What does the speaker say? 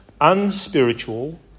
unspiritual